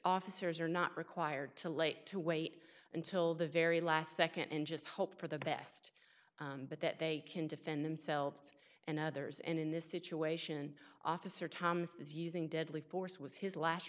officers are not required to late to wait until the very last second and just hope for the best but that they can defend themselves and others and in this situation officer thomas is using deadly force was his last